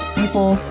people